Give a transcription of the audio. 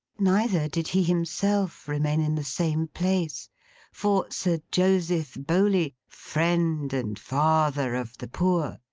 neither did he himself remain in the same place for, sir joseph bowley, friend and father of the poor,